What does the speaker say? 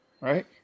right